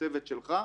הצוות שלך.